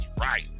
right